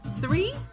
three